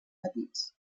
petits